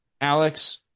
Alex